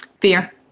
Fear